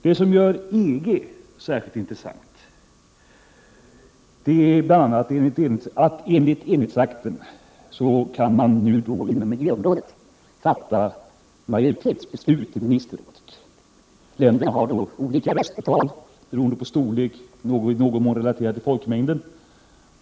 Det som gör EG särskilt intressant är bl.a. att man, enligt enhetsakten, inom miljöområdet kan fatta majoritetsbeslut i ministerrådet. Länderna har där olika röstetal som står i viss relation till folkmängden.